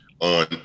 on